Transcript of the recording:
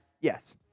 Yes